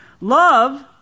Love